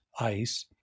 ice